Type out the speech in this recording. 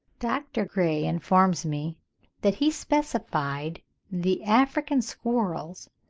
dr. gray informs me that he specified the african squirrels,